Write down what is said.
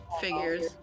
figures